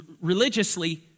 religiously